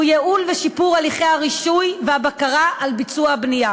והוא ייעול ושיפור של הליכי הרישוי והבקרה על ביצוע הבנייה,